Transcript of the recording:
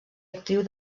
actriu